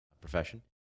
profession